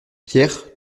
pierre